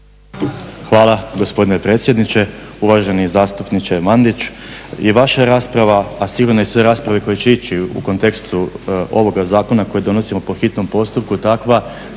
Hvala gospodine predsjedniče. Uvaženi zastupniče Mandić i vaša rasprava a sigurno i sve rasprave koje će ići u kontekstu ovoga zakona kojeg donosimo po hitnom postupku je takva